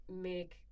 make